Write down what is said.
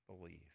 believe